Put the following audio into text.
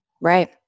Right